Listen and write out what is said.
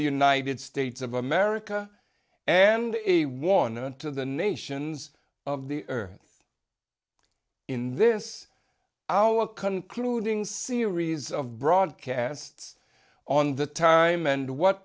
the united states of america and a warning to the nations of the earth in this hour a conclusion series of broadcasts on the time and what